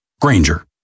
Granger